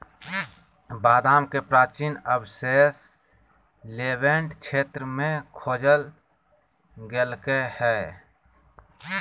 बादाम के प्राचीन अवशेष लेवेंट क्षेत्र में खोजल गैल्के हइ